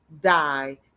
die